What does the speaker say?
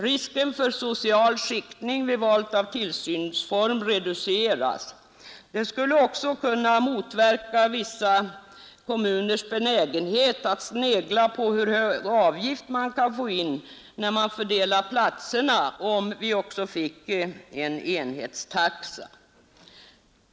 Risken för social skiktning vid val av tillsynsform reduceras, Det skulle också kunna motverka vissa kommuners benägenhet att snegla på hur hög avgift man kan få in när man fördelar platserna, om det fanns en enhetstaxa.